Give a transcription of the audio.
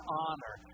honor